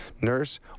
Nurse